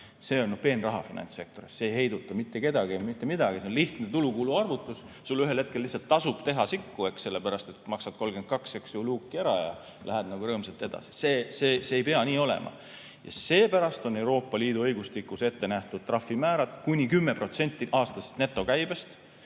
See on peenraha finantssektoris, see ei heiduta mitte kedagi, mitte midagi, see on lihtne tulu-kulu arvutus. Sul ühel hetkel lihtsalt tasub teha sikku, eks, sellepärast et maksad 32 000 ära ja lähed rõõmsalt edasi. See ei pea nii olema. Seepärast on Euroopa Liidu õigustikus ette nähtud trahvimäärad kuni 10% aastasest netokäibest,